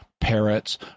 parrots